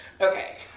Okay